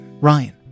Ryan